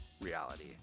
reality